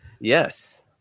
Yes